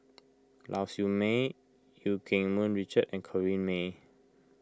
Lau Siew Mei Eu Keng Mun Richard and Corrinne May